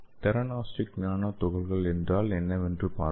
theranostic nano துகள்கள் என்னவென்று பார்ப்போம்